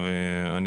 מהאופוזיציה,